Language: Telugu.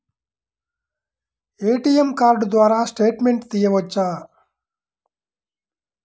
ఏ.టీ.ఎం కార్డు ద్వారా స్టేట్మెంట్ తీయవచ్చా?